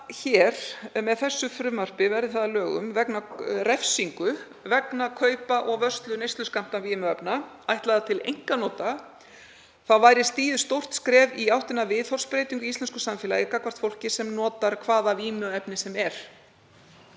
með þessu frumvarpi, verði það að lögum, refsingu vegna kaupa og vörslu neysluskammta vímuefna ætlaðra til einkanota væri stigið stórt skref í áttina að viðhorfsbreytingu í íslensku samfélagi gagnvart fólki sem notar hvaða vímuefni sem er.